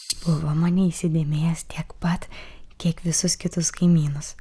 buvo mane įsidėmėjęs tiek pat kiek visus kitus kaimynus